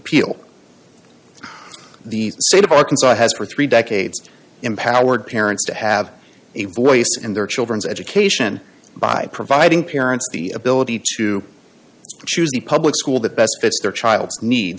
appeal the state of arkansas has for three decades empowered parents to have a voice in their children's education by providing parents the ability to choose the public school that best fits their child's needs